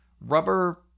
rubber